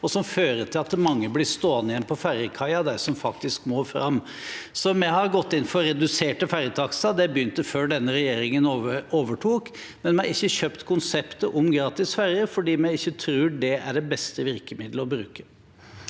og som fører til at mange blir stående igjen på ferjekaia, av dem som faktisk må fram. Vi har gått inn for reduserte ferjetakster, og det begynte før denne regjeringen overtok, men vi har ikke kjøpt konseptet om gratis ferje, for vi tror ikke det er det beste virkemidlet å bruke.